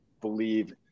believe